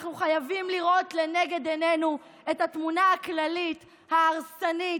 אנחנו חייבים לראות לנגד עיננו את התמונה הכללית ההרסנית,